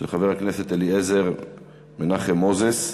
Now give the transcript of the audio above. של חבר הכנסת מנחם מוזס.